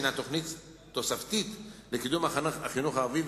שהיא תוכנית תוספתית לקידום החינוך הערבי,